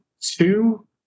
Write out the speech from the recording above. two